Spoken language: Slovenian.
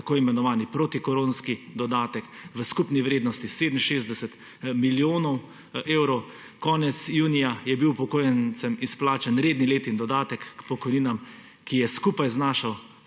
tako imenovani protikoronski dodatek, v skupni vrednosti 67 milijonov evrov. Konec junija je bil upokojencem izplačan redni letni dodatek k pokojninam, ki je skupaj znašal